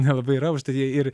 nelabai yra užtat jie ir